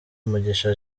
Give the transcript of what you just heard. mugisha